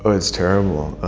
ah it's terrible.